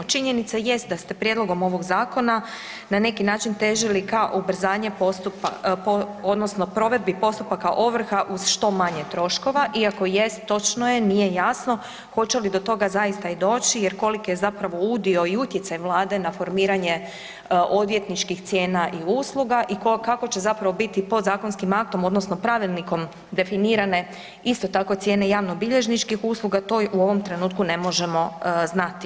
Činjenica jest da ste prijedlogom ovog zakona na neki način težili ka ubrzanje postupka, odnosno provedbi postupaka ovrha uz što manje troškova, iako jest, točno je, nije jasno hoće li do toga zaista i doći jer koliki je zapravo udio i utjecaj Vlade na formiranje odvjetničkih cijena i usluga i kako će zapravo biti podzakonskim aktom odnosno pravilnikom definirane isto tako, cijene javnobilježničkih usluga, to u ovom trenutku ne možemo znati.